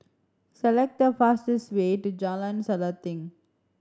select the fastest way to Jalan Selanting